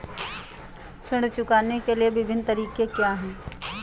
ऋण चुकाने के विभिन्न तरीके क्या हैं?